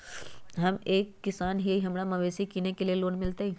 हम एक किसान हिए हमरा मवेसी किनैले लोन मिलतै?